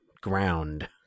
ground